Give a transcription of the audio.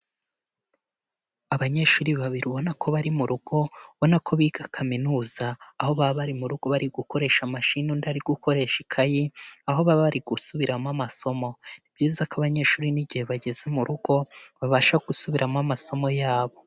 Abanyeshuri babiri ubona ko bari mu rugo, ubona ko biga kaminuza, aho baba bari mu rugo bari gukoresha amashini undi ari gukoresha ikayi, aho baba bari gusubiramo amasomo. Ni byiza ko abanyeshuri n'igihe bageze mu rugo babasha gusubiramo amasomo yabo.